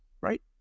right